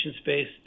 space